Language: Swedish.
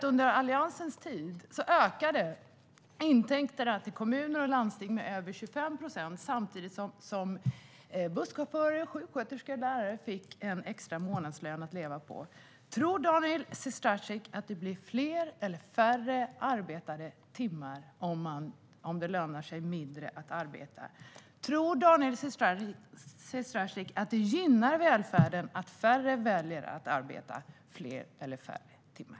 Under Alliansens tid ökade intäkterna till kommuner och landsting med över 25 procent, samtidigt som busschaufförer, sjuksköterskor och lärare fick en extra månadslön att leva på. Tror Daniel Sestrajcic att det blir fler eller färre arbetade timmar om det lönar sig mindre att arbeta? Tror Daniel Sestrajcic att det gynnar välfärden att färre väljer att arbeta fler timmar?